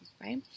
right